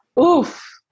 Oof